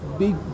big